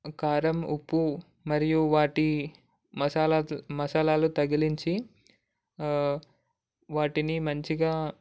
కారం ఉప్పు మరియు వాటి మసాలాస్ మసాలాలు తగిలించి వాటిని మంచిగా